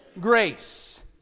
grace